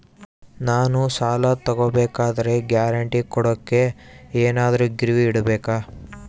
ನಾನು ಸಾಲ ತಗೋಬೇಕಾದರೆ ಗ್ಯಾರಂಟಿ ಕೊಡೋಕೆ ಏನಾದ್ರೂ ಗಿರಿವಿ ಇಡಬೇಕಾ?